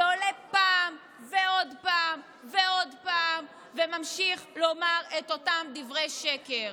ועולה פעם ועוד פעם ועוד פעם וממשיך לומר את אותם דברי שקר?